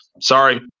Sorry